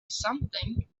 something